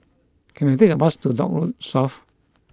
can I take a bus to the Dock Road South